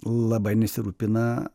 labai nesirūpina